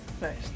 Nice